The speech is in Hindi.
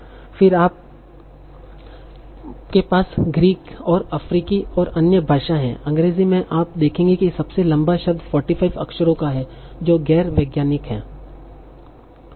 और फिर आपके पास ग्रीक और अफ्रीकी और अन्य भाषाएं हैं अंग्रेजी में आप देखेंगे कि सबसे लंबा शब्द 45 अक्षरों का है जो गैर वैज्ञानिक है